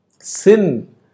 Sin